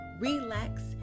relax